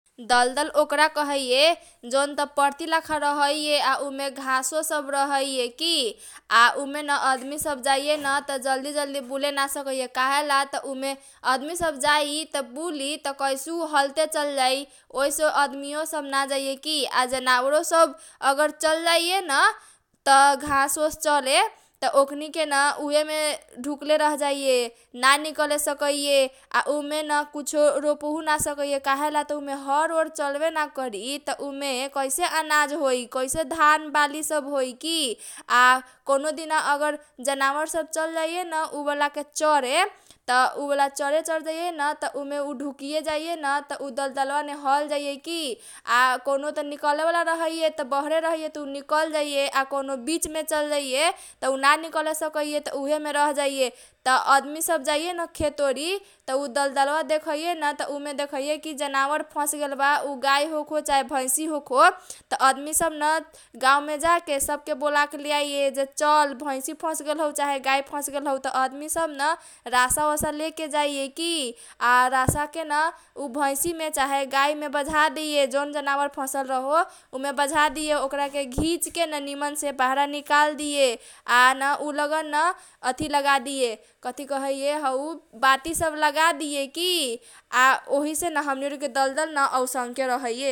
दलदल ओकरा कहैए जौन परती लाखा रहैए आ उमे घाँसो सब रहैए की । आ उमेन आदमी सब जाइएन त जलदी जलदी बुले ना सकैए त काहेला त उमे आदमी सब जाइ त बुली त कैसहु हलते चल जाइ। ओइसे आदमीओ सब ना जाइए की । आ जनावरो सब अगर चल जाइए न त घाँस ओस चरे त ओकनीके न उहे मे डुकले रह जाइए। ना निकले सकैए आ उमेन कुछो रोपहु ना सकैए काहेला ता उमे हर ओर चलबे ना करी त उमे कैसे अनाज होइ कैसे धान बाली सब होइ की । आ कौनो दिना अगर जनावर सब चल जाइए त उ बाला चरे चल जाइए न उबाला चरे उ डूकीयो जाइए न त उ दलदल बामे हल जाइए की। आ कौनो त निकले बाला रहैए त बहरे रहैए त उ वाला निकल जाइए आ कौनो बिचमे चल जाइए त उ ना निकले सकैए त उसले मे रह जाइए। त आदमी सब जाइए न खेत ओरी त उ दलदल बा देखैए न त उमे देखैए जनावर फसगेलबा उ गाई होखो, चाहे भैसी होखो, त आदमी सब न गाउँमे जाके सबके बोलाके लेआइए। जे चल भैसी फसगेल हौ, चाहे गाई फसगेल हौ । त आदमी सब न रासा ओसा लेके जाइए की । आ उ रासा केन भैसी मे, चाहे गाई मे बझादिए जौन जनावर फसल रहो उमे बझादिए । ओकरा के घिचकेन निमनसे बाहरा निकाल दिए। आ न उ लगन न अथी कथी कहैए हौ बाती सब लगा दिए की आ ओहीसेन हमनी ओरी के दलदल औसनके रहैए।